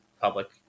public